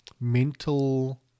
mental